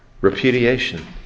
Repudiation